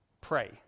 Pray